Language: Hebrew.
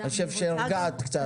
אני חושב שהרגעת קצת.